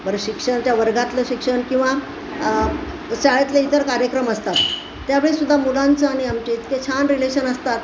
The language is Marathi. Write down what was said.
बरं शिक्षणच्या वर्गातलं शिक्षण किंवा शाळेतले इतर कार्यक्रम असतात त्यावेळीसुद्धा मुलांचं आणि आमचे इतके छान रिलेशन असतात